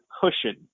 cushion